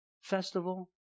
festival